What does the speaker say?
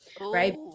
Right